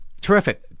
Terrific